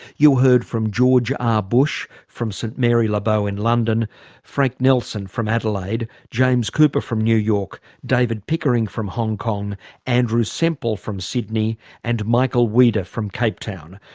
you heard from george r bush, from st mary-le-bow in london frank nelson, from adelaide james cooper, from new york david pickering, from hong kong andrew sempell, from sydney and michael weeder, from cape town.